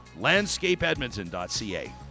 landscapeedmonton.ca